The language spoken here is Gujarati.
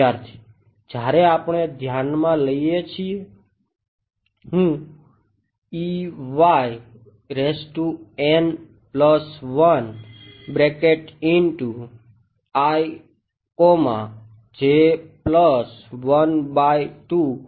વિદ્યાર્થી જ્યારે આપણે ધ્યાનમાં લઈએ છીએ હું માટે શોધી રહ્યો છું